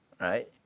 Right